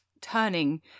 turning